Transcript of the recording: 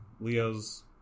Leo's